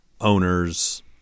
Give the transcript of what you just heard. owners